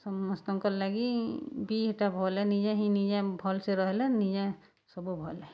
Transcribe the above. ସମସ୍ତଙ୍କର୍ ଲାଗି ବି ହେଟା ଭଲ୍ ଏ ନିଜେ ହିଁ ନିଜେ ଭଲ୍ସେ ରହିଲେ ନିଜେ ସବୁ ଭଲ୍ ଏ